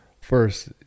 First